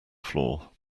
floor